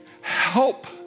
Help